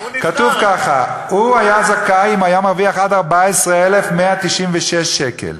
כתוב ככה: הוא היה זכאי אם היה מרוויח עד 14,196 שקל,